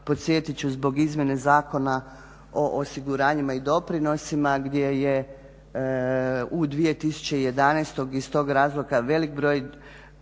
podsjetit ću zbog izmjene Zakona o osiguranjima i doprinosima gdje je u 2011. iz tog razloga velik broj